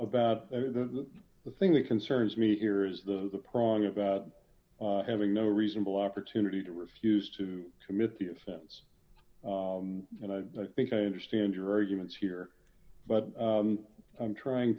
about the thing that concerns me here is the prong about having no reasonable opportunity to refuse to commit the offense and i think i understand your arguments here but i'm trying